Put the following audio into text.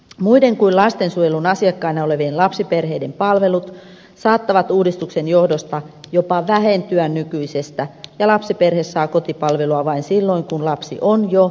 muiden kuin lastensuojelun asiakkaina olevien lapsiperheiden palvelut saattavat uudistuksen johdosta jopa vähentyä nykyisestä ja lapsiperhe saa kotipalvelua vain silloin kun lapsi on jo lastensuojelun asiakas